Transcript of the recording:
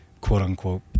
quote-unquote